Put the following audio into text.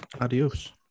Adios